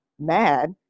mad